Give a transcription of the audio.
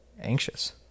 anxious